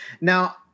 Now